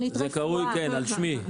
כן, זה קרוי על שמי.